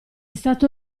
stato